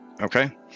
Okay